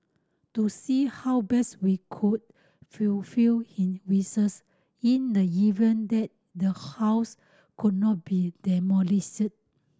to see how best we could his in the event that the house could not be demolished